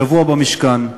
שבוע במשכן.